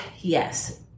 yes